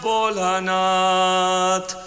Bolanat